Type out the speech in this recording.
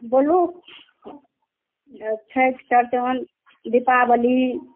बोलू आ छठि चौरचन दीपावली